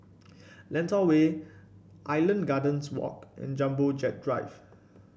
Lentor Way Island Gardens Walk and Jumbo Jet Drive